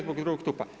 Zbog drugog stupa.